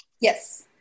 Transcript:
Yes